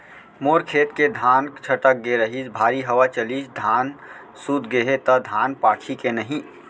मोर खेत के धान छटक गे रहीस, भारी हवा चलिस, धान सूत गे हे, त धान पाकही के नहीं?